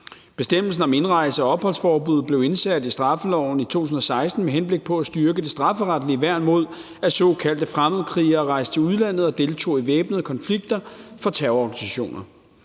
Bestemmelsen om indrejse- og opholdsforbud blev indsat i straffeloven i 2016 med henblik på at styrke det strafferetlige værn mod, at såkaldte fremmedkrigere rejste til udlandet og deltog i væbnede konflikter for terrororganisationer.